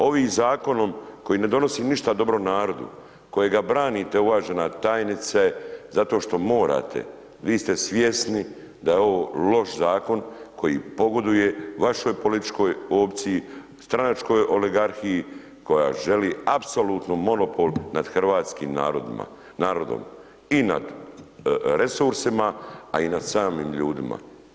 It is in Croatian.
Ovim zakonom koji ne donosi ništa dobro narodu, kojega branite uvažena tajnice zato što morate, vi ste svjesni da je ovo loš zakon koji pogoduje vašoj političkoj opciji, stranačkoj oligarhiji koja želi apsolutno monopol nad hrvatskim narodima, narodom i nad resursima, a i nad samim ljudima.